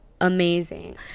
amazing